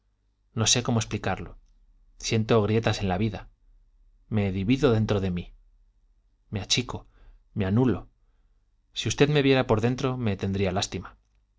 no sé cómo explicarlo siento grietas en la vida me divido dentro de mí me achico me anulo si usted me viera por dentro me tendría lástima